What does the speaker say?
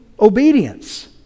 obedience